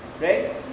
Right